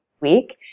week